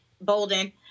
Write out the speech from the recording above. bolden